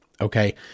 Okay